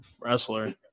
wrestler